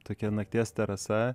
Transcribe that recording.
tokia nakties terasa